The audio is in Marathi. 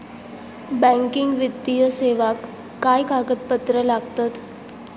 बँकिंग वित्तीय सेवाक काय कागदपत्र लागतत?